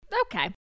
Okay